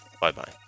Bye-bye